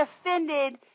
offended